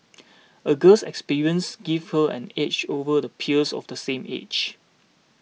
a girl's experiences gave her an edge over the peers of the same age